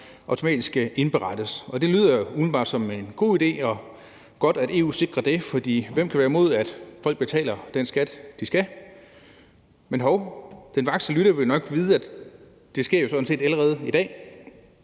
automatisk skal indberettes. Det lyder umiddelbart som en god idé og godt, at EU sikrer det, for hvem kan være imod, at folk betaler den skat, de skal? Men hov, den vakse lytter vil nok vide, at det sådan set allerede sker i dag.